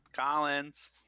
Collins